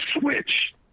switch